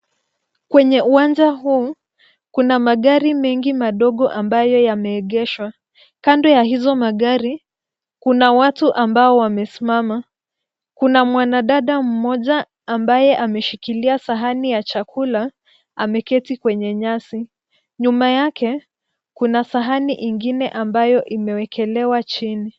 Kwenye uwanja huu, kuna magari mengi madogo ambayo yameegeshwa. Kando ya hizo magari, kuna watu ambao wamesimama. Kuna mwanadada mmoja ambaye ameshikilia sahani ya chakula ameketi kwenye nyasi. Nyuma yake kuna sahani ingine ambayo imewekelewa chini.